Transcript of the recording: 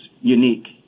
unique